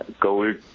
gold